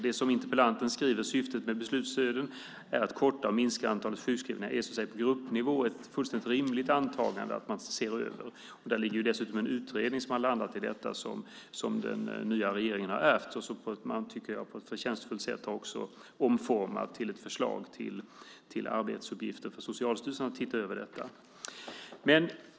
Det som interpellanten skriver är "att syftet med beslutsstöden är att korta och minska antalet sjukskrivningar". Det är på gruppnivå ett fullständigt rimligt antagande att man ser över. Där ligger dessutom en utredning som har landat i detta och som den nya regeringen har ärvt och som man på ett förtjänstfullt sätt har omformat till ett förslag till arbetsuppgifter för Socialstyrelsen att se över detta.